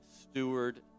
steward